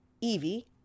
Evie